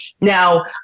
Now